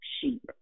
sheep